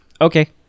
Okay